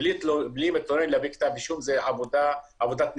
בלי מתלונן להביא כתב אישום זו עבודת נמלים,